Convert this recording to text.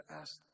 ask